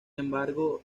embargo